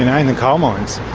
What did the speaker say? and in the coal mines.